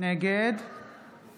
נגד